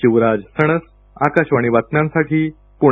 शिवराज सणस आकाशवाणी बातम्यांसाठी पुणे